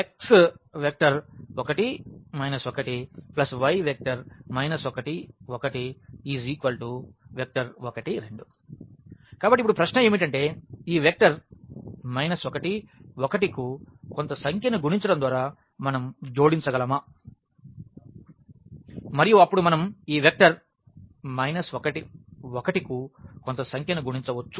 x1 1 y 1 1 1 2 కాబట్టి ఇప్పుడు ప్రశ్న ఏమిటంటే ఈ వెక్టర్ 1 1 కు కొంత సంఖ్య ను గుణించడం ద్వారా మనం జోడించగలమా మరియు అప్పుడు మనం ఈ వెక్టర్ 1 1 కు కొంత సంఖ్యను గుణించవచ్చ